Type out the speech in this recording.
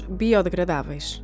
biodegradáveis